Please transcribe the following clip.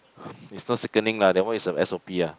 is not sickening lah that one is a S_O_P ah